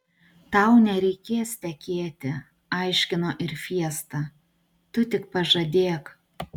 tau nereikės tekėti aiškino ir fiesta tu tik pažadėk